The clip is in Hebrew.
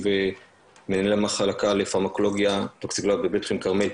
ומנהל מחלה לפרמקולוגיה וטוקסיקולוגיה בבית החולים כרמל.